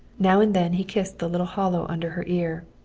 now and then he kissed the little hollow under her ear,